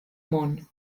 món